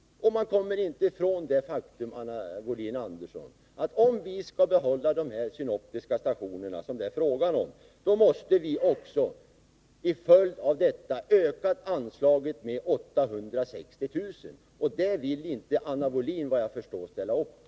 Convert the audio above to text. Man kommer inte ifrån det faktum, Anna Wohlin-Andersson, att om vi skall behålla de här synoptiska stationerna som det är fråga om, måste vi också till följd av detta öka anslaget med 860 000 kr. Det vill, såvitt jag förstår, Anna Wohlin-Andersson inte ställa upp på.